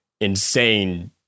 insane